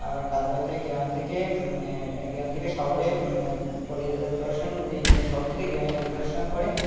আবার কাজ বাজ যায় গ্রাম থেকে গ্রাম থেকে শহরে পরিদর্শন এই শহর থেকে গ্রামে পরিদর্শন করে